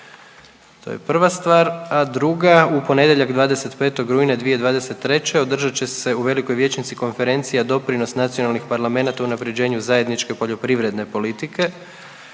to je prva stvar. A druga u ponedjeljak 25. rujna 2023. održat će se u velikoj vijećnici Konferencija „Doprinos nacionalnih parlamenata o unaprjeđenju zajedničke poljoprivredne politike“,